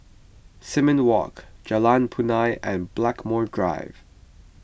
Simon Walk Jalan Punai and Blackmore Drive